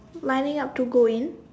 lining up to go in